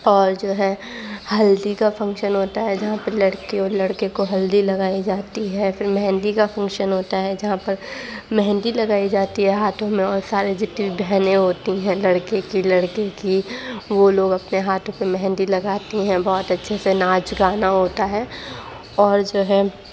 اور جو ہے ہلدی کا فنکشن ہوتا ہے جہاں پہ لڑکی اور لڑکے کو ہلدی لگائی جاتی ہے پھر مہندی کا فنکشن ہوتا ہے جہاں پر مہندی لگائی جاتی ہے ہاتھوں میں اور سارے جتنی بھی بہنیں ہوتی ہیں لڑکے کی لڑکی کی وہ لوگ اپنے ہاتھوں پہ مہندی لگاتی ہیں بہت اچھے سے ناچ گانا ہوتا ہے اور جو ہے